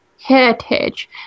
heritage